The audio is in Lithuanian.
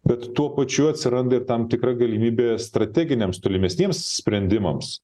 bet tuo pačiu atsiranda ir tam tikra galimybė strateginiams tolimesniems sprendimams